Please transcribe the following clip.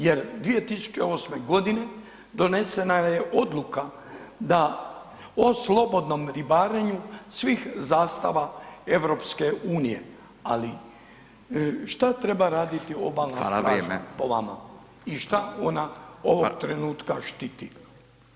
Jer 2008. g. donesena je odluka o slobodnom ribarenju svih zastava EU-a ali šta treba raditi Obalna straža po vama i šta ona ovog trenutka štiti?